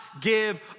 give